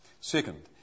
Second